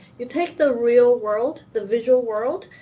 you take the real world, the visual world,